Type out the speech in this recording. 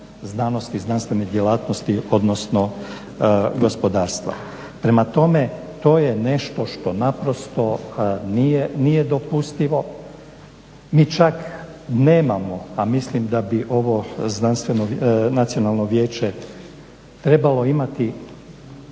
znanosti i znanstvene djelatnosti, odnosno gospodarstva. Prema tome, to je nešto što naprosto nije dopustivo. Mi čak nemamo, a mislim da bi ovo Nacionalno vijeće trebalo imati